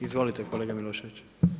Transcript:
Izvolite, kolega Milošević.